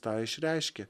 tą išreiškia